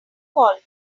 call